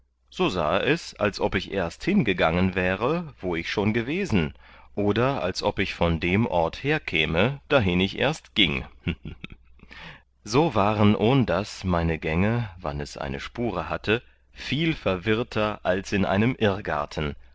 so sahe es als ob ich erst hingangen wäre wo ich schon gewesen oder als ob ich von dem ort herkäme dahin ich erst gieng so waren ohndas meine gänge wann es eine spure hatte viel verwirrter als in einem irrgarten